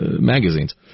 magazines